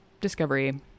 discovery